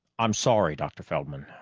i'm sorry, dr. feldman.